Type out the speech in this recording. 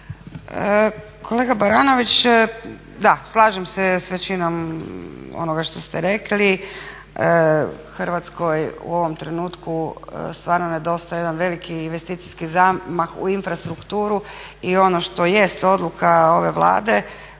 Kolega Baranović, da slažem se s većinom onoga što ste rekli. Hrvatskoj u ovom trenutku stvarno nedostaje jedan veliki investicijski zamah u infrastrukturu i ono što jest odluka ove Vlade